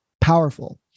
powerful